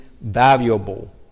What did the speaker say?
valuable